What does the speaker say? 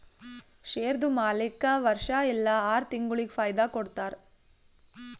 ಶೇರ್ದು ಮಾಲೀಕ್ಗಾ ವರ್ಷಾ ಇಲ್ಲಾ ಆರ ತಿಂಗುಳಿಗ ಫೈದಾ ಕೊಡ್ತಾರ್